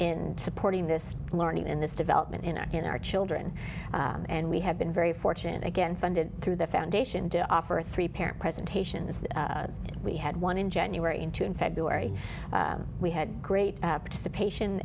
in supporting this learning in this development in a in our children and we have been very fortunate again funded through the foundation to offer three parent presentations that we had one in january in two in february we had great up to the patient